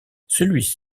celui